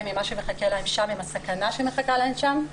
עם הסכנה שמחכה להן שם,